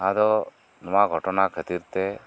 ᱟᱫᱚ ᱱᱚᱶᱟ ᱜᱷᱚᱴᱚᱱᱟ ᱠᱷᱟᱹᱛᱤᱨ ᱛᱮ